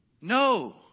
No